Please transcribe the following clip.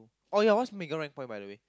oh ya what's Megan rank point by the way